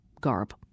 garb